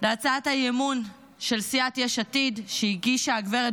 להצעת האי-אמון של סיעת יש עתיד שהגישה הגברת